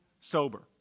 sober